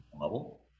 level